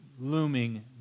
looming